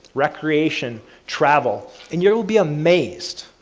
recreation, travel and you'll you'll be amazed.